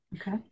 Okay